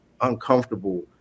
uncomfortable